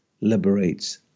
liberates